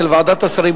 של ועדת השרים,